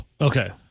Okay